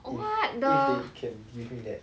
if if they can you can get